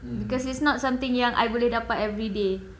because it's not something yang I boleh dapat every day